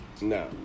No